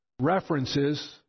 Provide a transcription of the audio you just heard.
references